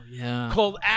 called